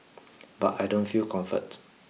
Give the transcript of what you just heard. but I don't feel comfort